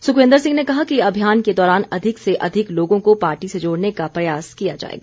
सुखविन्दर सिंह ने कहा कि अभियान के दौरान अधिक से अधिक लोगों को पार्टी से जोड़ने का प्रयास किया जाएगा